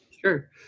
Sure